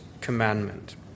commandment